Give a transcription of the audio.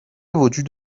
وجود